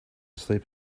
sleep